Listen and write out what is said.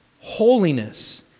Holiness